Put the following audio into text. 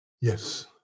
Yes